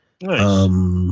Nice